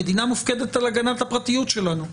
המדינה מופקדת על הגנת הפרטיות שלנו,